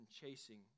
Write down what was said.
chasing